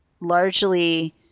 largely